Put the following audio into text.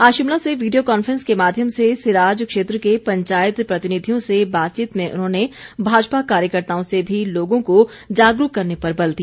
आज शिमला से video conference के माध्यम से सिराज क्षेत्र के पंचायत प्रतिनिधियों से बातचीत में उन्होंने भाजपा कार्यकर्ताओं से भी लोगों को जागरूक करने पर बल दिया